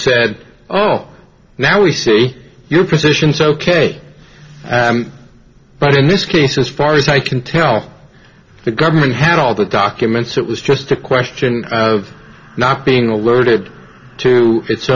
said oh now we see your positions ok but in this case as far as i can tell the government had all the documents so it was just a question of not being alerted to